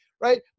right